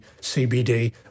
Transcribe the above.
CBD